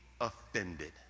offended